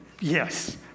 yes